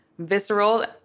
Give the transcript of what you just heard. Visceral